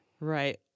Right